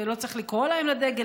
ולא צריך לקרוא להם לדגל,